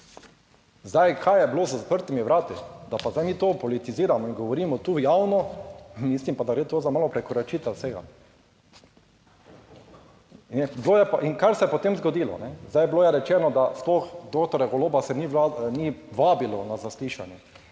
Zdaj, kaj je bilo za zaprtimi vrati, da pa zdaj mi to politiziramo in govorimo tu javno, mislim pa, da gre to za malo prekoračitev vsega. In kaj se je potem zgodilo? Zdaj, bilo je rečeno, da sploh doktorja Goloba se ni vabilo na zaslišanje.